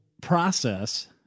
process